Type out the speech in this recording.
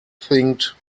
thinged